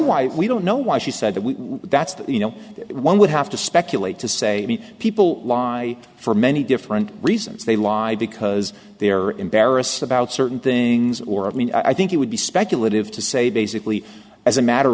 why we don't know why she said that we that's that you know one would have to speculate to say people lie for many different reasons they lie because they are embarrassed about certain things or i mean i think it would be speculative to say basically as a matter